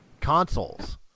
consoles